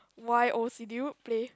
why play